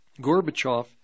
Gorbachev